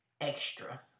extra